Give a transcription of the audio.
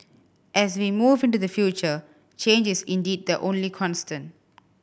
as we move into the future change is indeed the only constant